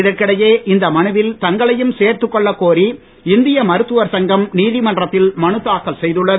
இதற்கிடையே இந்த மனுவில் தங்களையும் சேர்த்துக் கொள்ளக் கோரி இந்திய மருத்துவர் சங்கம் நீதிமன்றத்தில் மனுதாக்கல் செய்துள்ளது